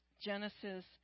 Genesis